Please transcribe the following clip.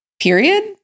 period